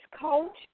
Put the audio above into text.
coach